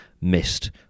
missed